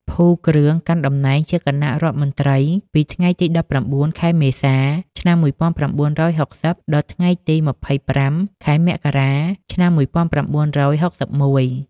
ផូ គ្រឿង កាន់តំណែងជាគណៈរដ្ឋមន្ត្រីពីថ្ងៃទី១៩ ខែមេសា ឆ្នាំ១៩៦០ ដល់ថ្ងៃទី ២៨ ខែមករា ឆ្នាំ១៩៦១។